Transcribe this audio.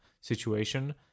situation